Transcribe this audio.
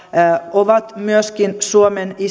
ovat myöskin suomen